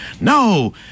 No